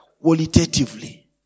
qualitatively